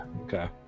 Okay